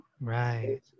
right